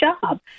job